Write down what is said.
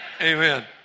Amen